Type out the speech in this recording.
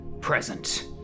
present